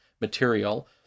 material